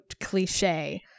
cliche